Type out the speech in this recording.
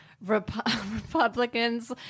Republicans